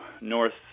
North